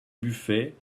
buffet